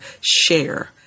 share